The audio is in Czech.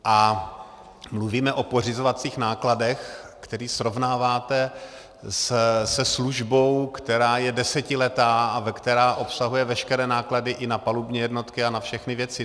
A mluvíme o pořizovacích nákladech, které srovnáváte se službou, která je desetiletá a která obsahuje veškeré náklady i na palubní jednotky a na všechny věci.